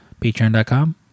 patreon.com